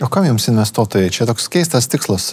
o kam jums investuotojai čia toks keistas tikslas